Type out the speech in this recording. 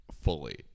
fully